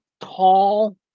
tall